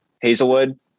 Hazelwood